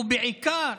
הוא בעיקר